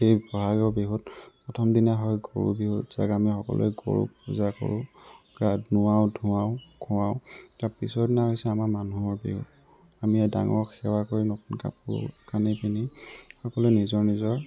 এই বহাগৰ বিহুত প্ৰথম দিনা হয় গৰু বিহু য'ত আমি সকলোৱে গৰুক পূজা কৰোঁ গা নোৱাওঁ ধোৱাওঁ খোৱাওঁ তাৰ পিছৰ দিনা হৈছে আমাৰ মানুহৰ বিহু আমি ডাঙৰক সেৱা কৰি নতুন কাপোৰ কানি পিন্ধি সকলোৱে নিজৰ নিজৰ